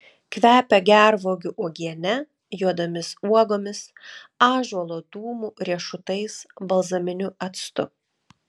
kvepia gervuogių uogiene juodomis uogomis ąžuolo dūmu riešutais balzaminiu actu